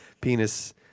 penis